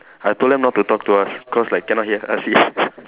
I told them not to talk to us because like cannot hear Asi